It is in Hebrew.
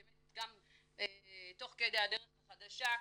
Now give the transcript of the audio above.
תוך כדי "הדרך החדשה"